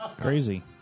Crazy